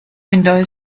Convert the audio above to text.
windows